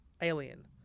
Alien